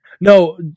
No